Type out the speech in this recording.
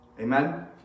Amen